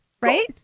right